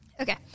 Okay